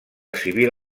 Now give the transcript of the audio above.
civil